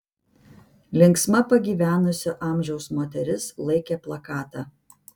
linksma pagyvenusio amžiaus moteris laikė plakatą